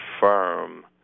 firm